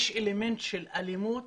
יש אלמנט של אלימות